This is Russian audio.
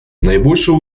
наибольшую